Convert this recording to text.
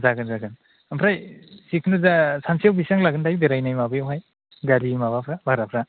जागोन जोगान ओमफ्राय जेखुनु जाया सानसेआव बिसिबां लागोनथाइ बेरायनाय माबायावहाय गारि माबाफ्रा भाराफ्रा